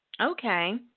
okay